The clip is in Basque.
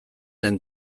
den